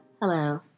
Hello